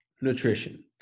nutrition